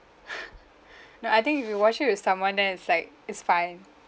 no I think if you watch it with someone then it's like it's fine